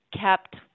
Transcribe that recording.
kept